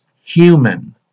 human